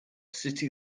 city